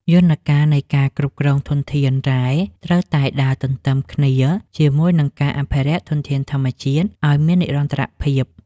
យន្តការនៃការគ្រប់គ្រងធនធានរ៉ែត្រូវតែដើរទន្ទឹមគ្នាជាមួយនឹងការអភិរក្សធនធានធម្មជាតិឱ្យមាននិរន្តរភាព។